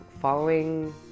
following